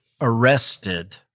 arrested